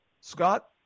Scott